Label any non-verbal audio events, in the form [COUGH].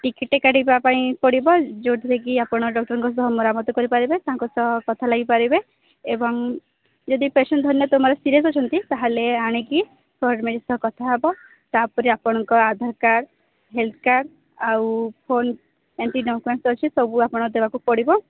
ଟିକେଟଟେ କାଟିବା ପାଇଁ ପଡ଼ିବ ଯେଉଁଥିରେ କିି ଆପଣ ଡକ୍ଟରଙ୍କ ସହ ମରାମତି କରିପାରେ ତାଙ୍କ ସହ କଥା ଲାଗିପାରିବେ ଏବଂ ଯଦି ପେସେଣ୍ଟ ଧରିନିଅ ତୁମର ସିରିୟସ୍ ଅଛନ୍ତି ତାହେଲେ ଆଣିକି [UNINTELLIGIBLE] ସହ କଥା ହେବ ତାପରେ ଆପଣଙ୍କ ଆଧାର କାର୍ଡ଼ ହେଲ୍ଥ କାର୍ଡ଼ ଆଉ ଫୋନ୍ ଏମତି ଡକ୍ୟୁମେଣ୍ଟ ଅଛି ସବୁ ଆପଣ ଦେବାକୁ ପଡ଼ିବ